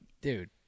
Dude